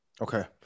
Okay